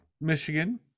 Michigan